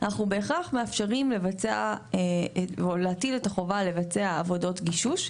אנחנו בהכרח מאפשרים לבצע או להטיל את החובה לבצע עבודות גישוש,